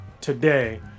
today